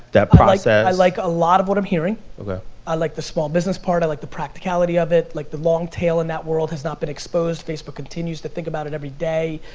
that process. i like a lot of what i'm hearing. yeah i like the small business part, i like the practicality of it, like the long tail in that world has not been exposed, facebook continues to think about it every day.